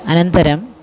अनन्तरं